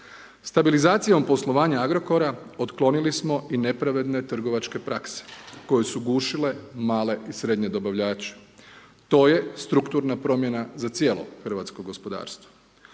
Stabilizacijom poslovanja Agrokora otklonili smo i nepravedne trgovačke praske, koje su gušile male i srednje dobavljače. To je strukturna promjena za cijelo hrvatsko gospodarstvo.